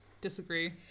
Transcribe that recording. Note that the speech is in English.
Disagree